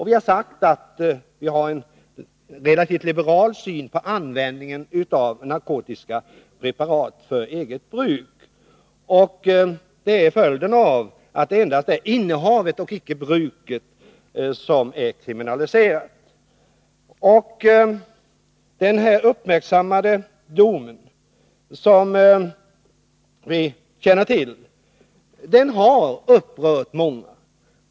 Vi har sagt att vi här i landet har en relativt liberal syn på användningen av narkotiska preparat för eget bruk. Det är följden av att det endast är innehavet, icke bruket, som är kriminaliserat. Den dom som blivit så uppmärksammad och som vi alla känner till har upprört många.